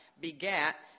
begat